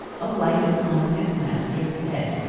alighted on his master's head.